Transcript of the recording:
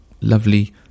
lovely